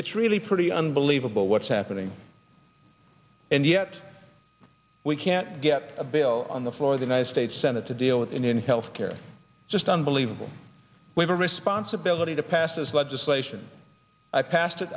it's really pretty unbelievable what's happening and yet we can't get a bill on the floor of the united states senate to deal with in health care it's just unbelievable we've a responsibility to pass this legislation i passed it